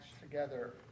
together